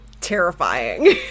terrifying